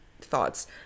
thoughts